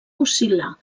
oscil·lar